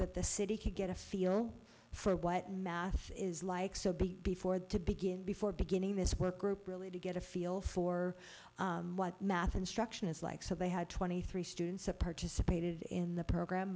that the city could get a feel for what math is like before to begin before beginning this group really to get a feel for what math instruction is like so they had twenty three students that participated in the program